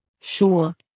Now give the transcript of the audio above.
Sure